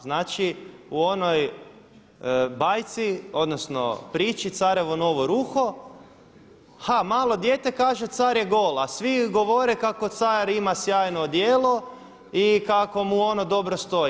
Znači, u onoj bajci odnosno priči carevo novo ruho ha malo dijete kaže car je gol, a svi govore kako car ima sjajno odijelo i kako mu ono dobro stoji.